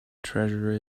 treasure